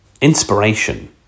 inspiration